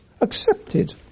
accepted